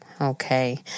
Okay